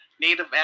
Native